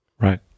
Right